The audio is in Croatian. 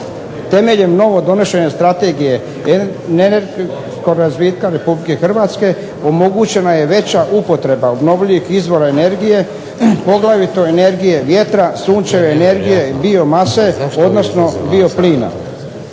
Temeljem novodonesene Strategije energetskog razvitka Republike Hrvatske omogućena je veća upotreba obnovljivih izvora energije, poglavito energije vjetra, sunčeve energije i biomase, odnosno bioplina.